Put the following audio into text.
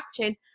action